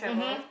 mmhmm